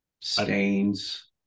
Stains